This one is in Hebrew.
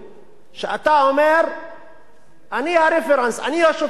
אני הרפרנס, אני השופט של עצמי, אני שופט את עצמי.